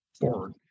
forward